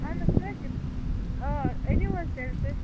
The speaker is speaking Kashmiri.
اہن حظ سُہ حظ چھُ آ أنِو حظ تیٚلہِ تُہۍ